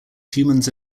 humans